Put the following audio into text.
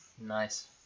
Nice